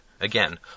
Again